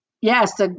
Yes